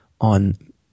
on